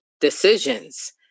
decisions